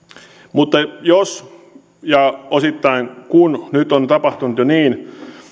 mutta jos ja osittain kun nyt on tapahtunut jo niin